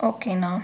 ஓகேண்ணா